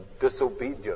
disobedience